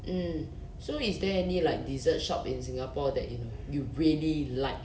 mm so is there any like dessert shop in singapore that you you really like